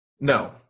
No